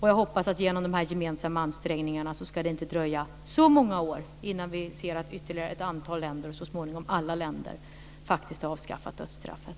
Jag hoppas att det, genom de här gemensamma ansträngningarna, inte ska dröja så många år innan vi ser att ytterligare ett antal länder, och så småningom alla länder, faktiskt har avskaffat dödsstraffet.